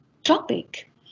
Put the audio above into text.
Topic